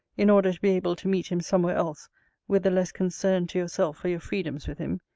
in order to be able to meet him somewhere else with the less concern to yourself for your freedoms with him,